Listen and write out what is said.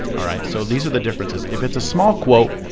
all right so these are the differences. if it's a small quote,